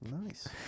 Nice